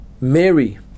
mary